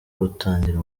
gutangira